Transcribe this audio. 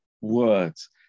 words